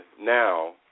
now